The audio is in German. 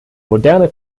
moderne